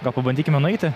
gal pabandykime nueiti